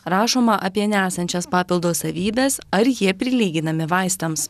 rašoma apie nesančias papildo savybes ar jie prilyginami vaistams